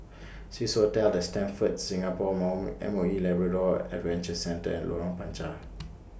Swissotel The Stamford Singapore More M O E Labrador Adventure Centre and Lorong Panchar